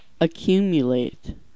Accumulate